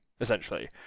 essentially